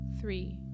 three